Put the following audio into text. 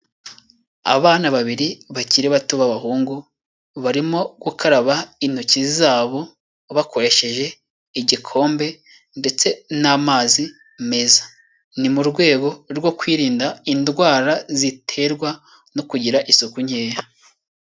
Abana babiri bakiri bato b'abahungu barimo gukaraba intoki zabo bakoresheje igikombe ndetse n'amazi meza, ni mu rwego rwo kwirinda indwara ziterwa no kugira isuku nkeya.